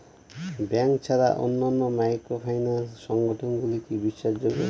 Bank ছাড়া অন্যান্য microfinance সংগঠন গুলি কি বিশ্বাসযোগ্য?